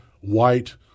white